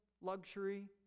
luxury